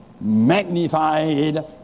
magnified